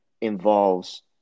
involves